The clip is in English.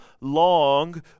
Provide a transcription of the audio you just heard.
long